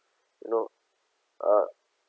you know uh